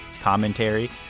commentary